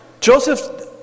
Joseph